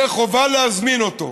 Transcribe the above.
תהיה חובה להזמין אותו.